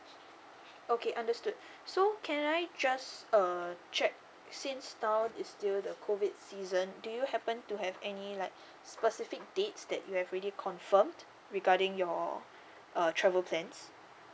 okay understood so can I just uh check since now is still the COVID season do you happen to have any like specific dates that you have already confirmed regarding your uh travel plans